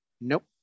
Nope